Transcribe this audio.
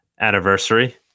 anniversary